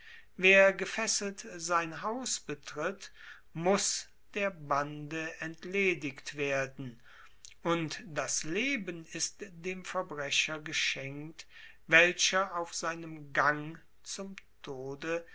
wer gefesselt sein haus betritt muss der bande entledigt werden und das leben ist dem verbrecher geschenkt welcher auf seinem gang zum tode